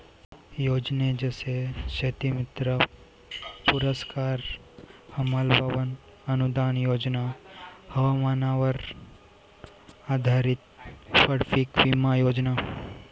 योजने जसे शेतीमित्र पुरस्कार, हमाल भवन अनूदान योजना, हवामानावर आधारित फळपीक विमा योजना